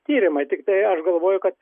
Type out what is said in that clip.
tyrimai tiktai aš galvoju kad